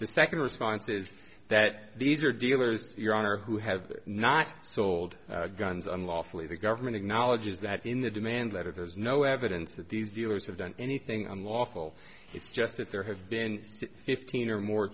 the second response is that these are dealers your honor who have not sold guns unlawfully the government acknowledges that in the demand letter there's no evidence that these dealers have done anything unlawful it's just that there have been fifteen or more